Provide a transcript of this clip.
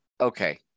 Okay